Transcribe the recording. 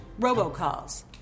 robocalls